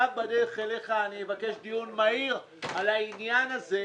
מכתב בדרך אליך ואני אבקש דיון מהיר על העניין הזה.